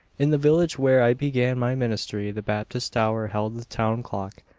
in the village where i began my ministry the baptist tower held the town clock.